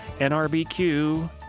NRBQ